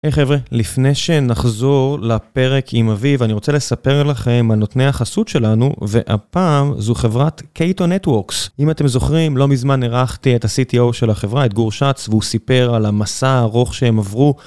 היי חבר'ה, לפני שנחזור לפרק עם אביב, אני רוצה לספר לכם מה נותני החסות שלנו, והפעם זו חברת Xato Networks. אם אתם זוכרים, לא מזמן ארחתי את ה-CTO של החברה, את גור שץ, והוא סיפר על המסע הארוך שהם עברו.